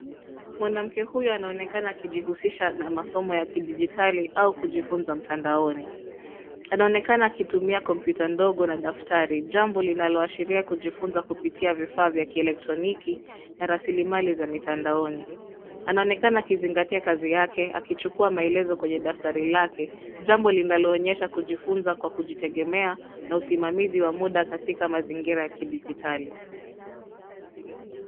Mwanamke huyu anaonekana akijihusisha na masomo ya kidigitali au kujifunza mtandaoni. Anaonekana akitumia kompyuta ndogo na daftari, jambo linaloashiria kujifunza kupitia vifaa vya kielektroniki na rasilimali za mtandaoni. Anaonekana akizingatia kazi yake akichukua maelezo kwenye daftari lake, jambo linaloonyesha kujifunza kwa kujitegemea na usimamizi wa muda katika mazingira ya kidigitali.